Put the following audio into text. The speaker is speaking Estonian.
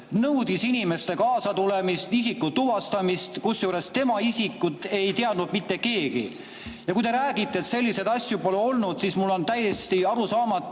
nõudis inimeste kaasatulemist, isiku tuvastamist, kusjuures tema isikut ei teadnud mitte keegi. Ja kui te räägite, et selliseid asju pole olnud, siis mulle on täiesti arusaamatu,